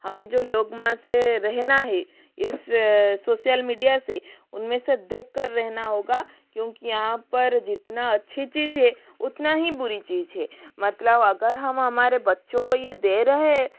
हमें जो लोग म से रहना है इस सोशल मीडिया से उनमें से देख कर रहना होगा क्योंकि यहाँ पर जितना अच्छी चीज है उतना ही बुरी चीज है मतलब अगर हम हमारे बच्चों को ये दे रहे है